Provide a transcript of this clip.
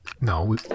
No